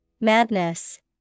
Madness